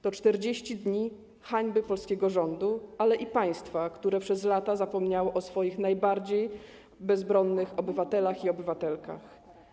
To 40 dni hańby polskiego rządu, ale i państwa, które przez lata zapominało o swoich najbardziej bezbronnych obywatelach i obywatelkach.